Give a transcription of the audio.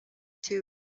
two